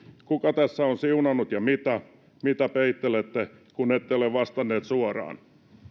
kuka tässä on siunannut ja mitä mitä peittelette kun ette ole vastannut suoraan